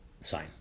sign